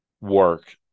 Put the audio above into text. work